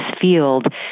field